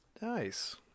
nice